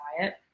diet